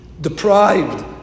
deprived